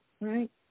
right